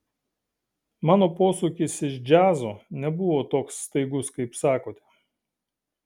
mano posūkis iš džiazo nebuvo toks staigus kaip sakote